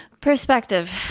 Perspective